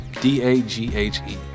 D-A-G-H-E